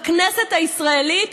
בכנסת הישראלית,